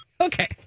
Okay